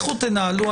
לכו תנהלו.